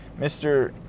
Mr